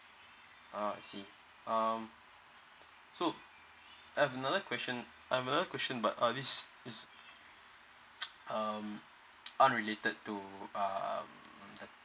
ah I see um so I have another question Ive another question but uh is is um unrelated to um